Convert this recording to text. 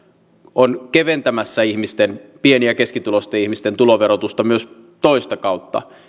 on keventämässä pieni ja keskituloisten ihmisten tuloverotusta myös toista kautta